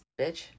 bitch